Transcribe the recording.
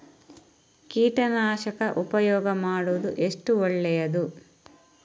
ಕೀಟನಾಶಕ ಉಪಯೋಗ ಮಾಡುವುದು ಎಷ್ಟು ಒಳ್ಳೆಯದು?